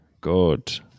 Good